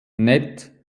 nett